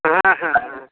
হ্যাঁ হ্যাঁ হ্যাঁ